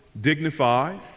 dignified